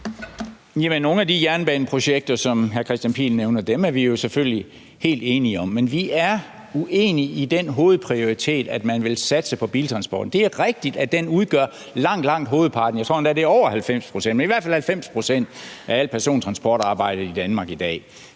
Nogle af de jernbaneprojekter, som hr. Kristian Pihl Lorentzen nævner, er vi selvfølgelig helt enige i, men vi er uenige i den hovedprioritering, at man vil satse på biltransporten. Det er rigtigt, at den udgør langt, langt hovedparten af alt persontransportarbejdet i Danmark i dag.